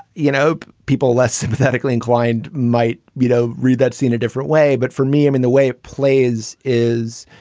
you know, hope people less sympathetically inclined might, you know, read that scene a different way. but for me, i'm in the way plays is,